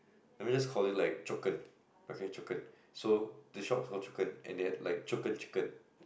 let me just call it like okay so the shop is called and they have like chicken